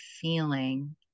feeling